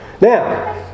Now